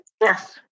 Yes